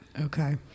Okay